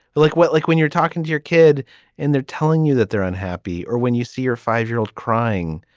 like what. like when you're talking to your kid and they're telling you that they're unhappy or when you see your five year old crying.